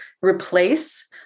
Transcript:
replace